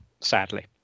sadly